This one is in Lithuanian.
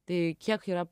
tai kiek yra